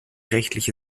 rechtliche